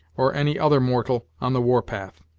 or any other mortal, on the warpath.